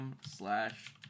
slash